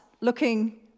looking